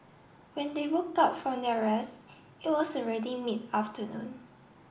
when they woke up from their rest it was already mid afternoon